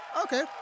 Okay